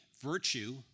virtue